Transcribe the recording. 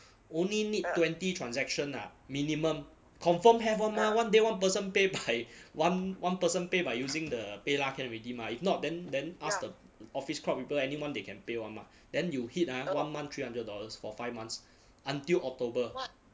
only need twenty transaction ah minimum confirm have [one] mah one day one person pay by one one person pay by using the paylah can already mah if not then then ask the office crowd people anyone they can pay [one] mah then you hit ah one month three hundred dollars for five months until october